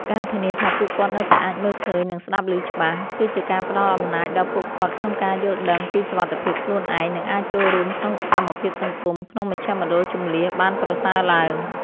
ការធានាថាពួកគាត់នៅតែអាចមើលឃើញ និងស្ដាប់ឮច្បាស់ គឺជាការផ្ដល់អំណាចដល់ពួកគាត់ក្នុងការយល់ដឹងពីសុវត្ថិភាពខ្លួនឯង និងអាចចូលរួមក្នុងសកម្មភាពសង្គមក្នុងមជ្ឈមណ្ឌលជម្លៀសបានប្រសើរឡើង។